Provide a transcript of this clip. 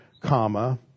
comma